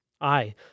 Aye